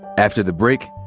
after the break,